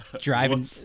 driving